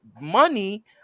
money